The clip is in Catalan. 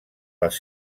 les